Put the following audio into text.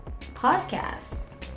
podcasts